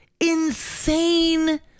insane